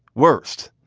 worst.